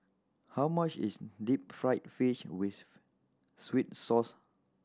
how much is deep fried fish with sweet sauce